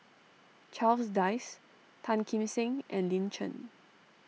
Charles Dyce Tan Kim Seng and Lin Chen